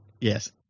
Yes